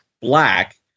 black